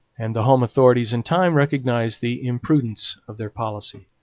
and the home authorities in time recognized the imprudence of their policy.